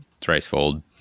thricefold